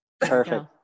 Perfect